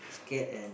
scared and